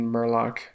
Murloc